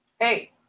Hey